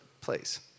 place